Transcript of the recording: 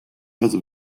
also